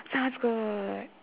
sounds good